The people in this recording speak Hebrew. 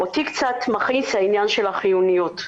אותי קצת מכעיס העניין של החיוניות.